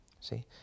See